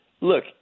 Look